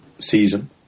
season